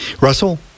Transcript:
Russell